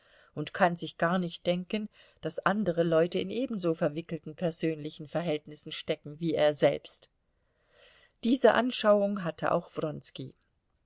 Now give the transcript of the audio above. und kann sich gar nicht denken daß andere leute in ebenso verwickelten persönlichen verhältnissen stecken wie er selbst diese anschauung hatte auch